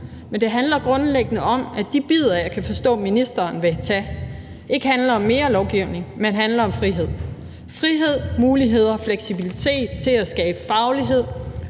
Det handler grundlæggende om, at de bidder, jeg kan forstå ministeren vil tage, ikke går ud på at skabe mere lovgivning, men på at skabe frihed – frihed, muligheder og fleksibilitet til at skabe faglighed